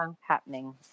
happening